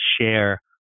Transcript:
share